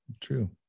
true